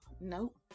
Nope